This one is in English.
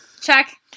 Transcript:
Check